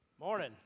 Morning